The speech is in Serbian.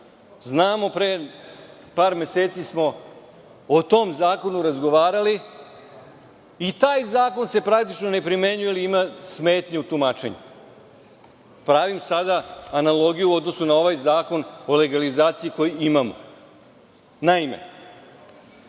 dozvole. Pre par meseci smo o tom zakonu razgovarali i taj zakon se praktično ne primenjuje jer ima smetnje u tumačenju. Pravim sada analogiju u odnosu na ovaj Zakon o legalizaciji koji imamo. Naime,